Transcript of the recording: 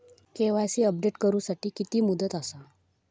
KYC update करू साठी किती मुदत आसा?